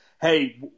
Hey